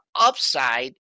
upside